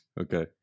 Okay